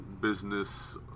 business